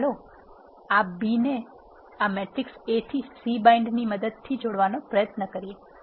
હવે ચાલો આ B ને આ મેટ્રિક્સ A થી C bind ની મદદથી જોડવાનો પ્રયત્ન કરીએ